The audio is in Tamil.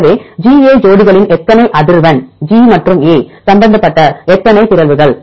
எனவே ஜிஏ ஜோடிகளின் எத்தனை அதிர்வெண் ஜி மற்றும் ஏ சம்பந்தப்பட்ட எத்தனை பிறழ்வுகள்